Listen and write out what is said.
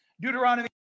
Deuteronomy